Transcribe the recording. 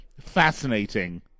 fascinating